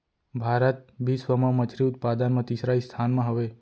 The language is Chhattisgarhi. भारत बिश्व मा मच्छरी उत्पादन मा तीसरा स्थान मा हवे